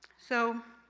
so,